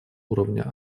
уровня